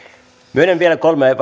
myönnän vielä kolme